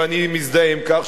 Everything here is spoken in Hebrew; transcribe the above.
ואני מזדהה עם כך,